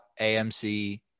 AMC